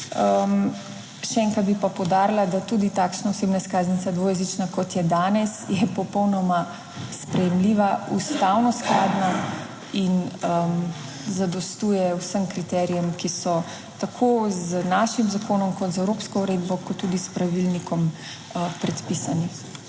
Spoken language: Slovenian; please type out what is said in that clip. Še enkrat bi pa poudarila, da tudi takšna osebna izkaznica, dvojezična, kot je danes, je popolnoma sprejemljiva, ustavno skladna in zadostuje vsem kriterijem, ki so tako z našim zakonom kot z evropsko uredbo kot tudi s pravilnikom predpisani.